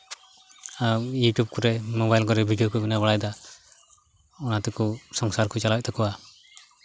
YouTube ᱠᱚᱨᱮᱫ mobile ᱠᱚᱨᱮᱫ video ᱠᱚ ᱵᱮᱱᱟᱣ ᱵᱟᱲᱟᱭᱮᱫᱟ ᱚᱱᱟ ᱛᱮᱠᱚ ᱥᱚᱝᱥᱟᱨ ᱠᱚ ᱪᱟᱞᱟᱣᱮᱫ ᱛᱟᱠᱚᱣᱟ